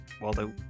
Waldo